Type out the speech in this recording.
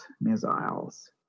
missiles